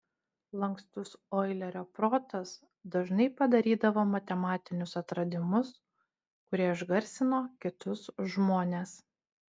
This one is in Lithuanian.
lankstus oilerio protas dažnai padarydavo matematinius atradimus kurie išgarsino kitus žmones